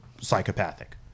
psychopathic